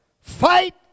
fight